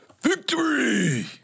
Victory